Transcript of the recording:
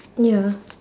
ya